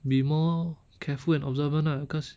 be more careful and observant lah cause